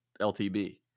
LTB